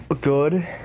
good